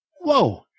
whoa